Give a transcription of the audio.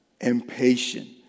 impatient